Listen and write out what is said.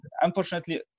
unfortunately